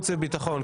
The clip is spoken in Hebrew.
וביטחון.